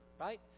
right